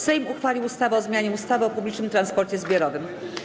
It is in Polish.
Sejm uchwalił ustawę o zmianie ustawy o publicznym transporcie zbiorowym.